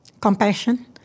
compassion